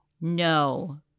No